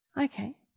Okay